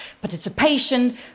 participation